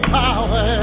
power